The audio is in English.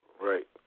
right